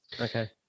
okay